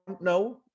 No